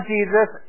Jesus